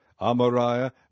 Amariah